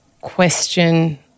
question